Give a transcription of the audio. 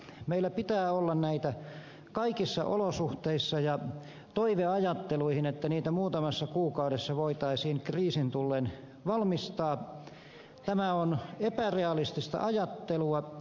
meillä pitää olla näitä kaikissa olosuhteissa ja toiveajattelu että niitä muutamassa kuukaudessa voitaisiin kriisin tullen valmistaa on epärealistista ajattelua